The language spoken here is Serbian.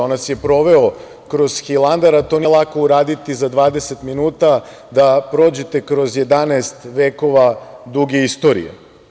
On nas je proveo kroz Hilandar, a to nije lako uraditi za 20 minuta, da prođete kroz 11 vekova duge istorije.